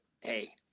hey